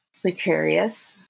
precarious